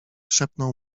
szepnął